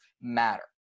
matter